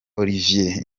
olivier